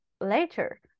later